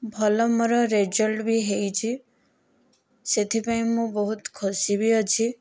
ଭଲ ମୋର ରେଜଲ୍ଟ ବି ହୋଇଛି ସେଥିପାଇଁ ମୁଁ ବହୁତ ଖୁସି ବି ଅଛି